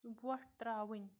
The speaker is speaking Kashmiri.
وۄٹھ ترٛاوٕنۍ